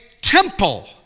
temple